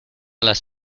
las